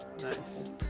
nice